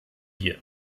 hier